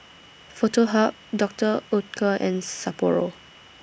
Foto Hub Doctor Oetker and Sapporo